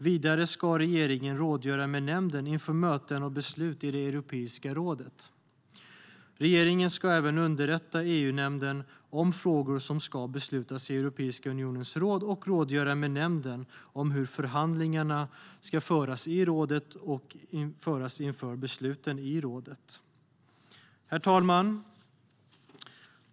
Vidare ska regeringen rådgöra med nämnden inför möten och beslut i Europeiska rådet. Regeringen ska även underrätta EU-nämnden om frågor som ska beslutas i Europeiska unionens råd och rådgöra med nämnden om hur förhandlingarna i rådet ska föras inför besluten i rådet. Herr talman!